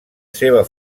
seva